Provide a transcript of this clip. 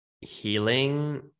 Healing